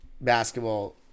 basketball